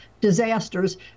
disasters